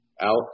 out